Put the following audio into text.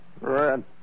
Red